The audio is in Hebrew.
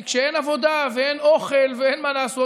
כי כשאין עבודה ואין אוכל ואין מה לעשות,